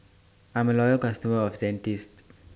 I'm A Loyal customer of Dentiste